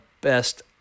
best